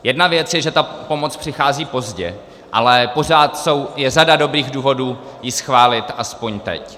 Jedna věc je, že ta pomoc přichází pozdě, ale pořád je řada dobrých důvodů ji schválit aspoň teď.